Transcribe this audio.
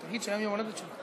תגיד שהיום יום ההולדת שלו.